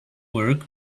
work